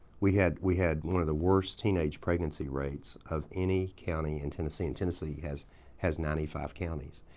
we had we had one of the worst teenage pregnancy rates of any county in tennessee. and tennessee has has ninety five counties.